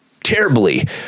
Terribly